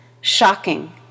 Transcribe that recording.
Shocking